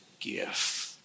gift